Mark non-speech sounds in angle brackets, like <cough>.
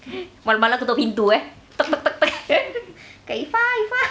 malam-malam ketuk pintu eh <noise> iffah iffah